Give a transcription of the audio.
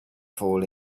fall